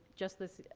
just this ah,